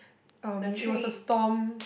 um it was a storm